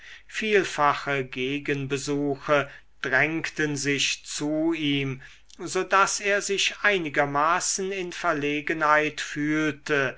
vielfache gegenbesuche drängten sich zu ihm so daß er sich einigermaßen in verlegenheit fühlte